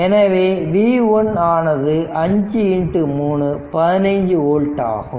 எனவே v 1 ஆனது 53 15 volt ஆகும்